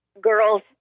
girls